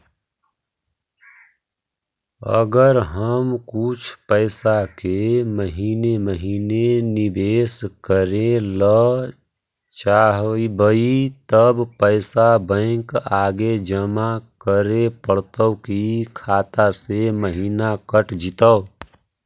अगर हम कुछ पैसा के महिने महिने निबेस करे ल चाहबइ तब पैसा बैक आके जमा करे पड़तै कि खाता से महिना कट जितै?